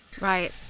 Right